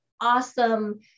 awesome